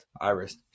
Iris